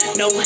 no